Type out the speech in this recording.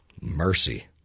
Mercy